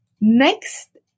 Next